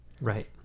right